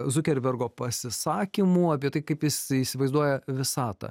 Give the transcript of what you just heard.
zukerbergo pasisakymų apie tai kaip jis įsivaizduoja visatą